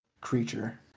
creature